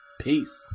Peace